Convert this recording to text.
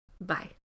Bye